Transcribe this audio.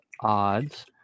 odds